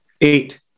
Eight